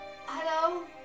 hello